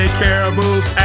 caribou's